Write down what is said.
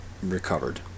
recovered